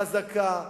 חזקה,